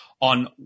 on